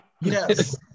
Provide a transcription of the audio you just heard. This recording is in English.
Yes